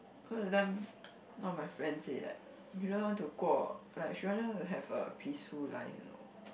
cause that time one of my friend said like you don't want to go like she wanted to have a peaceful life you know